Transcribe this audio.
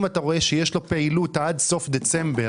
אם אתה רואה שיש לו פעילות עד סוף דצמבר,